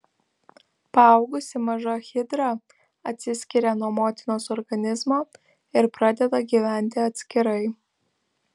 paaugusi maža hidra atsiskiria nuo motinos organizmo ir pradeda gyventi atskirai